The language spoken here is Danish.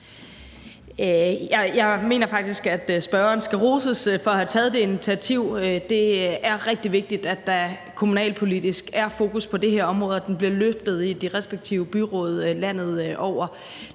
Jeg mener faktisk, at spørgeren skal roses for at have taget det initiativ. Det er rigtig vigtigt, at der kommunalpolitisk er fokus på det her område, og at det bliver løftet ude i de respektive byråd landet over.